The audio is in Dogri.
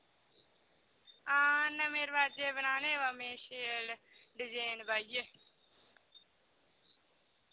हां नमें रवाजे बनाने वा मैं शैल डजैन पाइयै